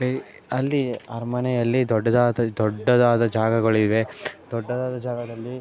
ಬೆ ಅಲ್ಲಿ ಅರಮನೆಯಲ್ಲಿ ದೊಡ್ಡದಾದ ದೊಡ್ಡದಾದ ಜಾಗಗಳಿವೆ ದೊಡ್ಡದಾದ ಜಾಗದಲ್ಲಿ